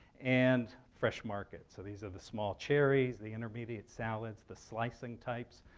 and fresh market. so these are the small cherries, the intermediate salads, the slicing types,